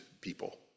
people